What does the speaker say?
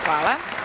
Hvala.